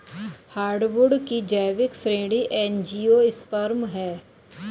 hardwood की जैविक श्रेणी एंजियोस्पर्म है